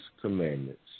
commandments